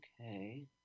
Okay